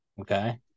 Okay